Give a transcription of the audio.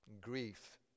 grief